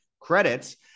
credits